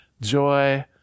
joy